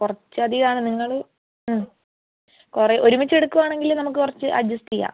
കുറച്ചധികമാണ് നിങ്ങൾ കുറേ ഒരുമിച്ച് എടുക്കുകയാണെങ്കിൽ നമുക്ക് കുറച്ച് അഡ്ജസ്റ്റ് ചെയ്യാം